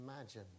imagine